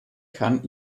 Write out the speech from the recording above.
kann